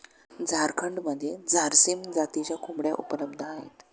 झारखंडमध्ये झारसीम जातीच्या कोंबड्या उपलब्ध आहेत